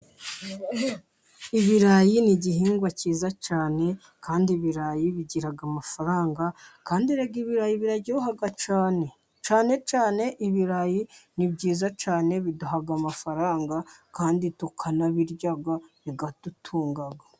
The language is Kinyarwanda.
Ibirayi ni igihingwa cyiza cyane, kandi ibirayi bigira amafaranga, kandi erega ibirayi biraryoha cyane, cyane cyane ibirayi ni byiza cyane biduha amafaranga, kandi tukanabirya biradutunga.